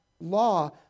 law